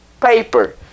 paper